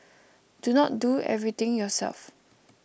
do not do everything yourself